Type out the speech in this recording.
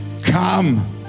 come